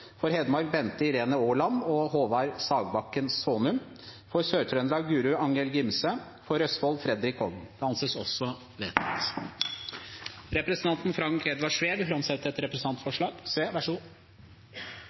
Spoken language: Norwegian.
For Hedmark: Bente Irene Aaland og Håvard Sagbakken Saanum For Sør-Trøndelag: Guro Angell Gimse For Østfold: Fredrik Holm Representanten Frank Edvard Sve vil framsette et